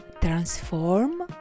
transform